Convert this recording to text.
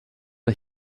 der